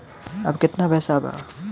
अब कितना पैसा बा?